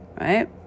right